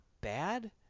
bad